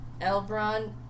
Elbron